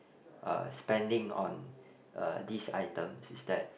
uh spending on uh this item is that